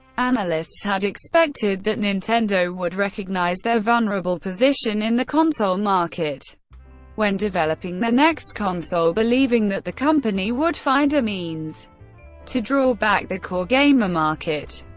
analysts had expected that nintendo would recognize their vulnerable position in the console market when developing their next console, believing that the company would find a means to draw back the core gamer market.